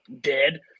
dead